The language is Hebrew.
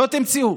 לא תמצאו,